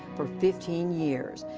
for fifteen years.